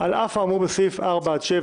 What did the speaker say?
על אף האמור בסעיפים 4 עד 7: